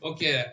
Okay